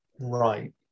right